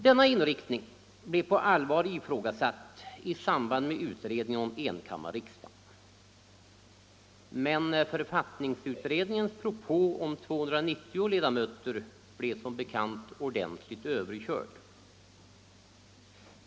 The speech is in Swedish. Denna inriktning blev på allvar ifrågasatt i samband med utredningen om enkammarriksdagen. Men författningsutredningens propå om 290 Iedamöter blev som bekant ordentligt överkörd.